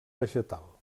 vegetal